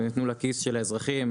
הם ניתנו לכיס של האזרחים,